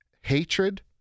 hatred